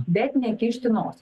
bet ne kišti nosį